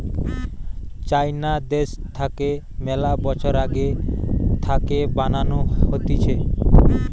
চাইনা দ্যাশ থাকে মেলা বছর আগে থাকে বানানো হতিছে